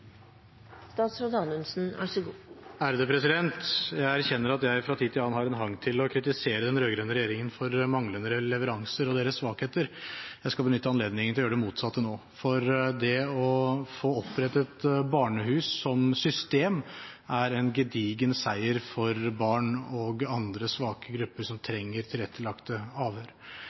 Jeg erkjenner at jeg fra tid til annen har en hang til å kritisere den rød-grønne regjeringen for manglende leveranser og deres svakheter. Jeg skal benytte anledningen til å gjøre det motsatte nå. Det å få opprettet barnehus som system er en gedigen seier for barn og andre svake grupper som trenger tilrettelagte avhør.